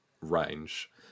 range